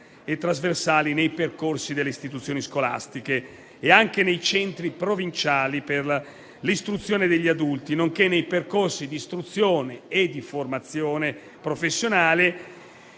e trasversali nei percorsi delle istituzioni scolastiche e dei centri provinciali per l'istruzione degli adulti, nonché nei percorsi di istruzione e di formazione professionale,